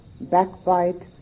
backbite